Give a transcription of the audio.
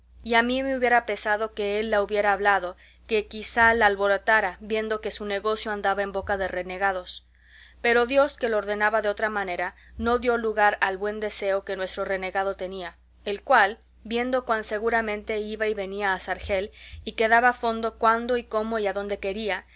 y a mí me hubiera pesado que él la hubiera hablado que quizá la alborotara viendo que su negocio andaba en boca de renegados pero dios que lo ordenaba de otra manera no dio lugar al buen deseo que nuestro renegado tenía el cual viendo cuán seguramente iba y venía a sargel y que daba fondo cuando y como y adonde quería